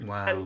Wow